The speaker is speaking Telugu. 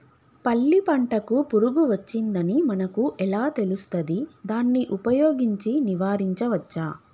పల్లి పంటకు పురుగు వచ్చిందని మనకు ఎలా తెలుస్తది దాన్ని ఉపయోగించి నివారించవచ్చా?